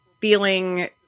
feeling